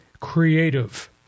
creative